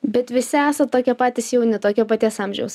bet visi esat tokie patys jauni tokio paties amžiaus